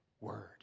word